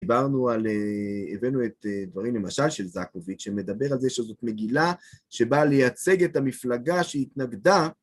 דיברנו על, הבאנו את דברים למשל של זאקוביץ', שמדבר על זה שזאת מגילה שבאה לייצג את המפלגה שהתנגדה